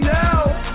now